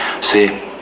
See